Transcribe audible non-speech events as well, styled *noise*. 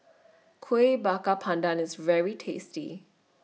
*noise* Kuih Bakar Pandan IS very tasty *noise*